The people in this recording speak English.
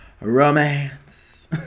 Romance